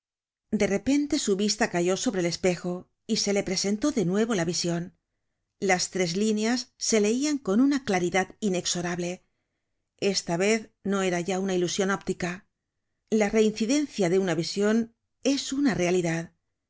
de repente su vista cayó sobre el espejo y se le presentó de nuevo la vision las tres líneas se leian con una claridad inexorable esta vez no era ya una ilusion óptica la reincidencia de una vision es una realidad era